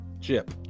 Chip